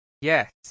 Yes